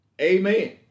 Amen